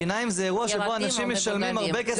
שיניים זה אירוע שבו אנשים משלמים הרבה כסף.